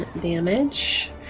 damage